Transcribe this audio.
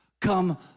come